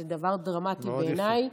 זה דבר דרמטי בעיניי.